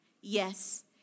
Yes